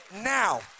now